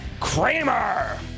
Kramer